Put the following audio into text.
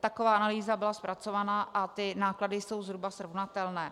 taková analýza byla zpracována a náklady jsou zhruba srovnatelné.